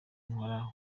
nkora